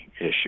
issue